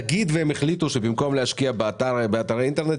נגיד והם החליטו שבמקום להשקיע באתרי אינטרנט,